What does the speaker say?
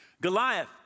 Goliath